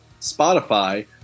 Spotify